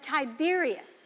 Tiberius